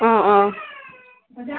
آ آ